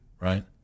Right